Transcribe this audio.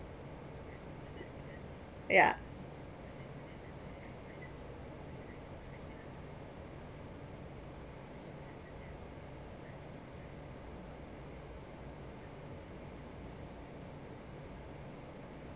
ya